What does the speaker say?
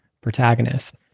protagonist